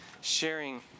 sharing